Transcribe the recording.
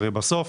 הרי בסוף